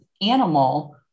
animal